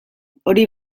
hori